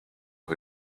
who